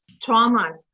traumas